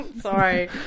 Sorry